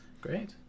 Great